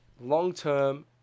Long-term